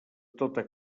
tota